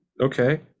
Okay